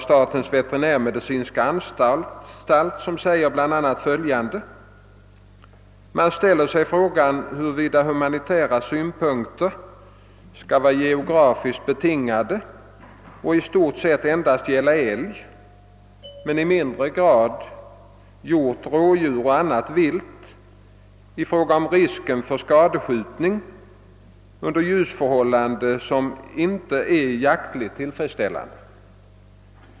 Statens veterinärmedicinska anstalt ställer sig frågan huruvida humanitära synpunkter skall vara geografiskt betingade och i stort sett endast gälla älg och i mindre grad hjort, rådjur och annat vilt i fråga om risken för skadskjutning under ljusförhållanden som inte är jaktligt tillfredsställande.